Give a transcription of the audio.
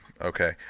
Okay